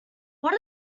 what